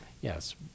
yes